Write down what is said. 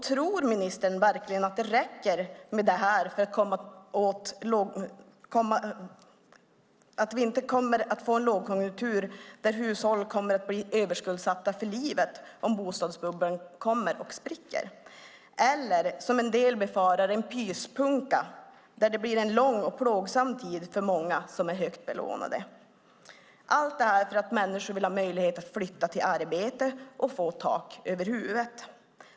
Tror ministern verkligen att det räcker med det så att vi inte får en lågkonjunktur där hushåll kommer att bli överskuldsatta för livet och bostadsbubblan spricker? En del befarar en pyspunka som gör att det blir en lång och plågsam tid för många som är högt belånade. Allt detta är för att människor vill ha möjlighet att flytta till ett arbete och få tak över huvudet.